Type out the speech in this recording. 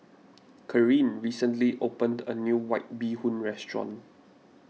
Kareen recently opened a new White Bee Hoon restaurant